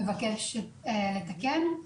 מבקשת לתקן.